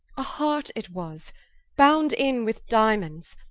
a hart it was bound in with diamonds,